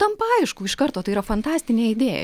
tampa aišku iš karto tai yra fantastinė idėja